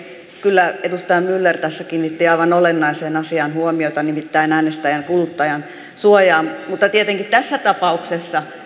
kyllä edustaja myller tässä kiinnitti aivan olennaiseen asiaan huomiota nimittäin äänestäjän ja kuluttajansuojaan mutta tietenkin tässä tapauksessa